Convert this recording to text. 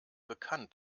bekannt